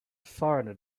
foreigner